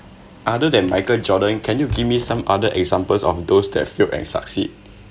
other than michael jordan can you give me some other examples of those that failed and succeed